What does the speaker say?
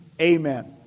amen